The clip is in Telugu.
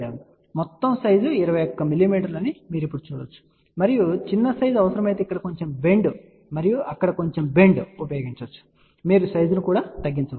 మొత్తం సైజ్ 21 mm మాత్రమే అని మీరు ఇప్పుడు చూడవచ్చు మరియు చిన్న సైజ్ అవసరమైతే కూడా ఇక్కడ కొంచెం బెండ్ మరియు అక్కడ కొంచెం బెండ్ ఉపయోగించవచ్చు కాబట్టి మీరు సైజ్ ని కూడా తగ్గించవచ్చు